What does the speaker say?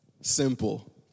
Simple